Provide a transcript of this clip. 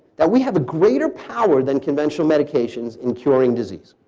that we have a greater power than conventional medications in curing disease,